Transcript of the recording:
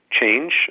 change